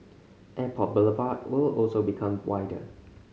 Airport Boulevard will also become wider